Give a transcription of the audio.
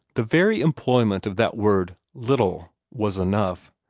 the very employment of that word little was enough,